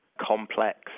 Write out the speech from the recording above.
complex